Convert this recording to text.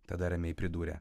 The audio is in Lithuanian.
tada ramiai pridūrė